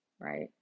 right